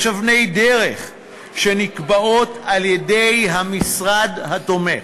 יש אבני דרך שנקבעות על-ידי המשרד התומך,